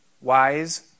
wise